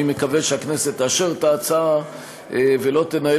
אני מקווה שהכנסת תאשר את ההצעה ולא תנהל